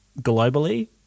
globally